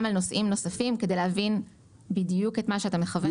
על נוסעים נוספים כדי להבין בדיוק את מה שאתה מכוון אליו.